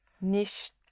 nicht